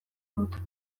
dut